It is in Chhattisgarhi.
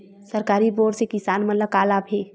सरकारी बोर से किसान मन ला का लाभ हे?